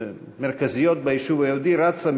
המרכזיות ביישוב היהודי רצה,